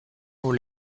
aux